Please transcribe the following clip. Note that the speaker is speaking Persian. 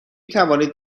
توانید